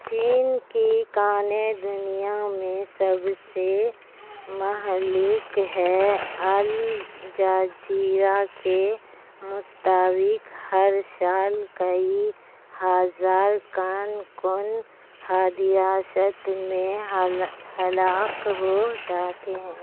چین کی کانیں دنیا میں سب سے مہلک ہیں الجزیرہ کے مطابق ہر سال کئی ہزار کان کن حادثات میں ہلاک ہو جاتے ہیں